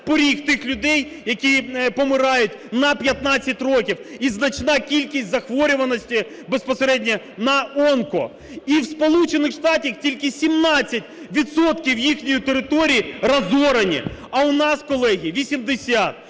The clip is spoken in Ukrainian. поріг тих людей, які помирають, на 15 років, і значна кількість захворюваності безпосередньо на онко. І в Сполучених Штатах тільки 17 відсотків їхньої території розорані. А в нас, колеги, 80.